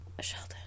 Sheldon